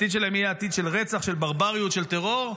העתיד שלהם עתיד של רצח, של ברבריות, של טרור,